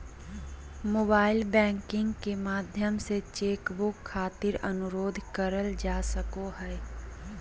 mobile banking के माध्यम से चेक बुक खातिर अनुरोध करल जा सको हय